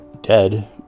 dead